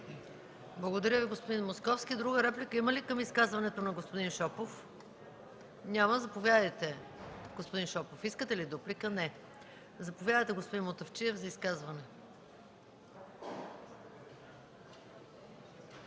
Благодаря Ви, господин Московски. Друга реплика има ли към изказването на господин Шопов? Няма. Господин Шопов, искате ли дуплика? Не. Заповядайте, господин Мутафчиев, за изказване.